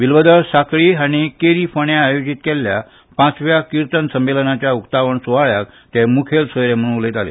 बिल्वदल सांखळी हांणी केरी फोंड्यां आयोजीत केल्ल्या पांचव्या किर्तन संमेलनाच्या उकतावण सुवाळ्याक ते मुखेल सोयरे म्हणून उलयताले